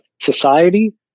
society